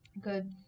Good